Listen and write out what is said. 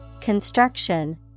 construction